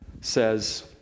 says